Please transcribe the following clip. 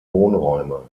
wohnräume